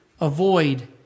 avoid